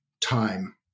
time